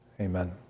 amen